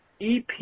ep